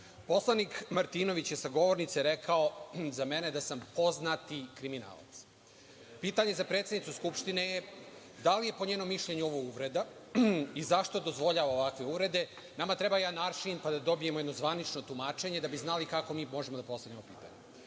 Martinović je sa govornice rekao za mene da sam „poznati kriminalac“. Pitanje za predsednicu Skupštine - da li je za predsednicu Skupštine ovo uvreda i zašto dozvoljava ovakve uvrede? Nama treba jedan aršin pa da dobijemo jedno zvanično tumačenje da bi znali kako mi možemo da postavimo